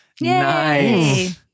Nice